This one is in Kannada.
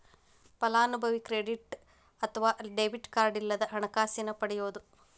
ಫಲಾನುಭವಿ ಕ್ರೆಡಿಟ್ ಅತ್ವ ಡೆಬಿಟ್ ಕಾರ್ಡ್ ಇಲ್ಲದ ಹಣನ ಪಡಿಬೋದ್